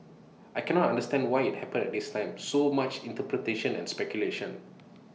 I cannot understand why IT happened at this time so much interpretation and speculation